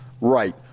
Right